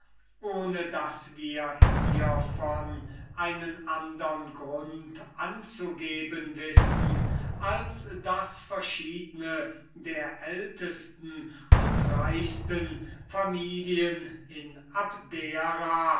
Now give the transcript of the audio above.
ohne daß wir hievon einen andern grund anzugeben wissen als daß verschiedne der ältesten und reichsten familien in abdera